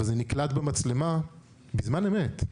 אבל זה נקלט במצלמה בזמן אמת.